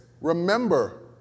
Remember